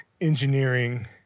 engineering